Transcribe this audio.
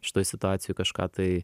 šitoj situacijoj kažką tai